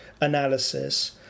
analysis